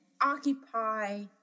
occupy